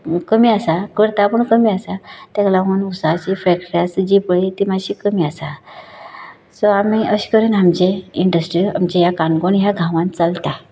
कमी आसा करता पूण कमी आसा ताका लागून उसाची फकट्री आसा जी पळय ती मातशी कमी आसा सो आमी अशें करून आमचें इंडस्ट्री आमच्या ह्या काणकोण ह्या गांवांत चलता